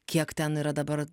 kiek ten yra dabar